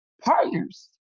partners